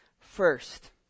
first